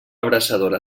abraçadora